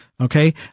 Okay